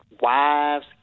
wives